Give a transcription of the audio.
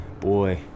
boy